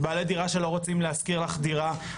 עם בעלי דירה שלא רוצים להשכיר לך דירה.